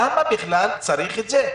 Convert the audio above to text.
למה בכלל צריך את זה?